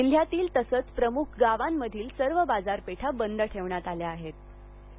जिल्ह्यातील तसच प्रमुख गावांमधील सर्व बाजारपेठा बंद ठेवण्यात आल्या होत्या